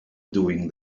doing